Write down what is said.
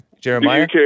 Jeremiah